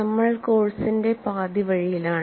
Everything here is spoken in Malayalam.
നമ്മൾ കോഴ്സിന്റെ പാതിവഴിയിലാണ്